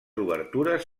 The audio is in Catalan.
obertures